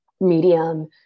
medium